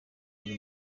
muri